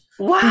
Wow